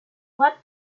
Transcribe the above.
what